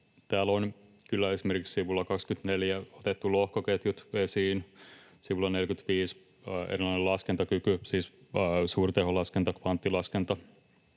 Täällä on kyllä esimerkiksi sivulla 24 otettu lohkoketjut esiin, sivulla 45 laskentakyky, siis suurteholaskenta, kvanttilaskenta,